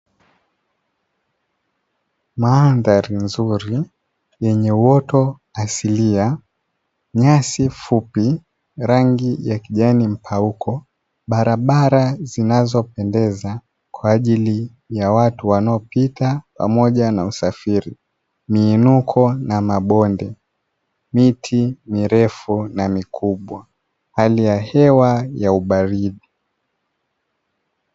Mandhari nzuri yenye uoto asilia, nyasi fupi rangi ya kijani mpauko, barabara zinazopendeza kwa ajili ya watu wanaopita pamoja na usafiri, miinuko na mabonde, miti mirefu na mikubwa, hali ya hewa ya ubaridi.